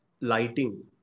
lighting